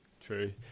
True